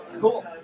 Cool